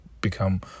become